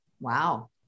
Wow